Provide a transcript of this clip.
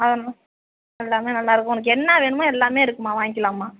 அதனால் எல்லாமே நல்லா இருக்கும் உனக்கு என்ன வேணுமோ எல்லாமே இருக்கும்மா வாங்கிக்கலாம்மா